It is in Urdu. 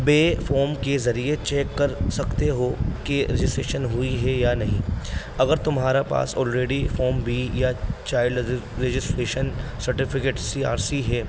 بے فوم کے ذریعے چیک کر سکتے ہو کہ رجسٹریشن ہوئی ہے یا نہیں اگر تمہارا پاس آلریڈی فام بی یا child registration certificate C R C ہے